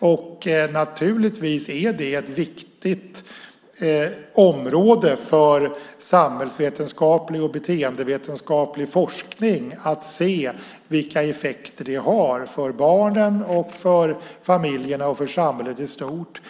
Det är ett viktigt område för samhällsvetenskaplig och beteendevetenskaplig forskning. Det handlar om att se vilka effekter det har för barnen, för familjerna och för samhället i stort.